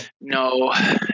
No